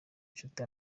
nshuti